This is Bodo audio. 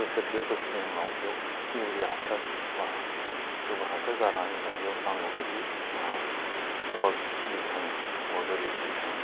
बोसोरसे बोसोरनै उनाव बेयाव इउरिया हासार बा गोबोर हासार गारनानै होयोब्ला बेयाव नांगौबायदि औवा खिलिखाङो औवा गोरलै खिलिखाङो